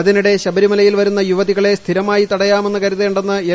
അതിനിടെ ശബരിമലയിൽ വരുന്ന യുവതികളെ സ്ഥിരമായി തടയാമെന്ന് കരുതേണ്ടെന്ന് എൽ